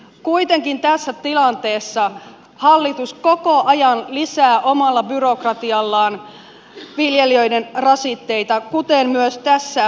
kuitenkin tässä tilanteessa hallitus koko ajan lisää omalla byrokratiallaan viljelijöiden rasitteita kuten myös tässä esityksessä